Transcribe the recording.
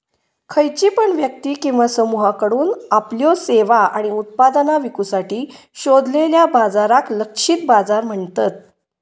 खयची पण व्यक्ती किंवा समुहाकडुन आपल्यो सेवा आणि उत्पादना विकुसाठी शोधलेल्या बाजाराक लक्षित बाजार म्हणतत